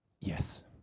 Yes